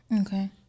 Okay